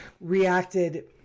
reacted